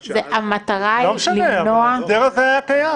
המטרה היא למנוע --- זה היה גם בהסדר הקיים